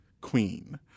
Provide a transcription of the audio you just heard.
queen